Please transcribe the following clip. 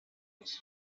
its